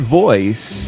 voice